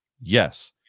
Yes